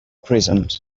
present